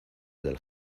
del